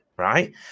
Right